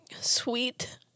sweet